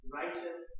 righteous